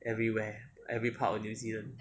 everywhere every part of new zealand